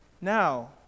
Now